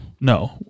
No